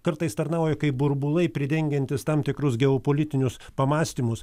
kartais tarnauja kaip burbulai pridengiantys tam tikrus geopolitinius pamąstymus